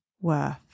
worth